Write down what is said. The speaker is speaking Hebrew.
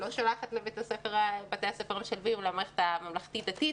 לא שולחת לבתי-הספר המשלבים --- הממלכתי דתי,